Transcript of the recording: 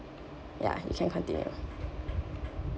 ya you can continue